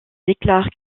déclarent